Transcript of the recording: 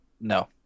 No